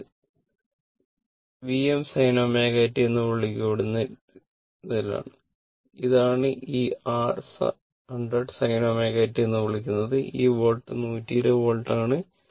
ഇത് r Vm sin ω t എന്ന് വിളിക്കപ്പെടുന്നതിന് തുല്യമാണ് ഇതാണ് ആ ആർ 100 sin ω t എന്ന് വിളിക്കുന്നത് ഈ വോൾട്ട് 120 വോൾട്ട് DC ആണ്